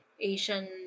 Asian